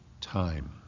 time